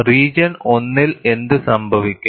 region 1 ൽ എന്ത് സംഭവിക്കും